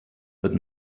but